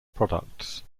products